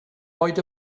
oed